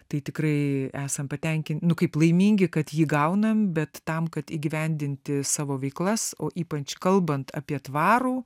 tai tikrai esam paten nu kaip laimingi kad jį gaunam bet tam kad įgyvendinti savo veiklas o ypač kalbant apie tvarų